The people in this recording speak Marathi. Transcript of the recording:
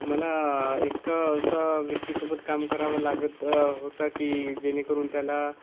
मला एक अशा व्यक्तीसोबत काम करावं लागत होता की जेणेकरून त्याला